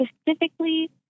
specifically